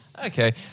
Okay